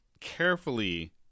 carefully